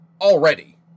already